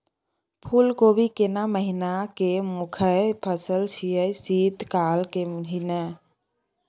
फुल कोबी केना महिना के मुखय फसल छियै शीत काल के ही न?